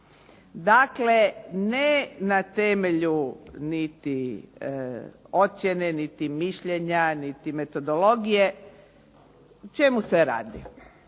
Dakle, ne na temelju niti ocjene niti mišljenja niti metodologije. O čemu se radi?